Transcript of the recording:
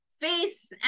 face